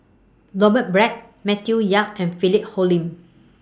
Robert Black Matthew Yap and Philip Hoalim